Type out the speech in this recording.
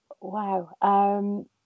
Wow